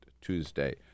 Tuesday